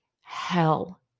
hell